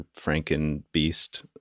frankenbeast